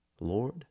Lord